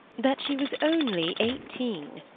that she was only eighteen.